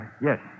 Yes